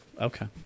Okay